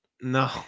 No